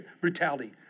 brutality